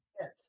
Yes